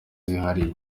zihariye